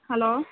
hello